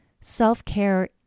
self-care